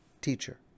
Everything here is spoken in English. teacher